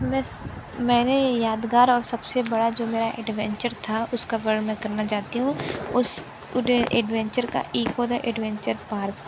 मैं मैंने यह यादगार और सबसे बड़ा जो मेरा एडवेंचर था उसका वर्णन करना चाहती हूँ उस एडवेंचर का इको द एडवेंचर पार्क